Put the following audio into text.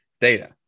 data